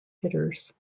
hitters